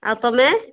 ଆଉ ତମେ